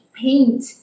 paint